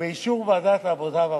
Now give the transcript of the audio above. ובאישור ועדת העבודה והרווחה.